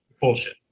bullshit